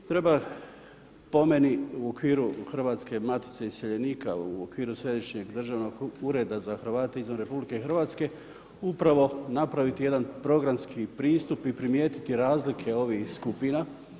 Treba po meni u okviru Hrvatske matice iseljenika, u okviru Središnjeg državnog ureda za Hrvate izvan RH, upravo napraviti jedan programski pristup i primijetiti razlike ovih skupina.